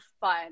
fun